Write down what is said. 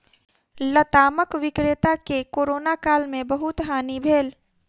लतामक विक्रेता के कोरोना काल में बहुत हानि भेल